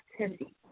activity